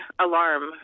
alarm